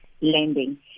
lending